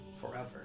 Forever